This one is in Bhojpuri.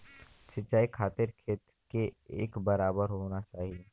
सिंचाई खातिर खेत के एक बराबर होना चाही